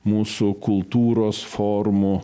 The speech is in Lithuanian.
mūsų kultūros formų